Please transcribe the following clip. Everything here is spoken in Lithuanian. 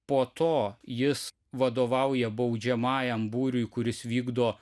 po to jis vadovauja baudžiamajam būriui kuris vykdo